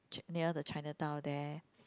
ch~ near the Chinatown there